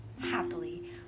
happily